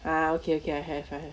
ah okay okay I have I have